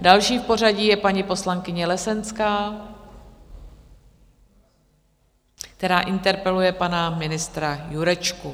Další v pořadí je paní poslankyně Lesenská, která interpeluje pana ministra Jurečku.